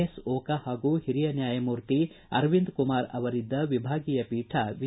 S Oka ಹಾಗೂ ಹಿರಿಯ ನ್ಯಾಯಮೂರ್ತಿ ಅರವಿಂದ್ ಕುಮಾರ್ ಅವರಿದ್ದ ವಿಭಾಗೀಯ ಪೀಠ ವಿಚಾರಣೆ ನಡೆಸಿತು